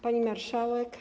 Pani Marszałek!